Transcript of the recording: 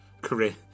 career